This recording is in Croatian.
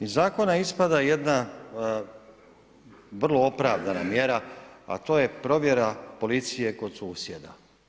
Iz zakona ispada jedna vrlo opravdana mjera, a to je provjera policije kod susjeda.